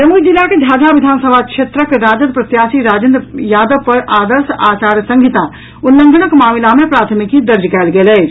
जमुई जिलाक झाझा विधानसभा क्षेत्रक राजद प्रत्याशी राजेन्द्र यादव पर आदर्श आचार संहिता उल्लंघनक मामिला मे प्राथमिकी दर्ज कयल गेल अछि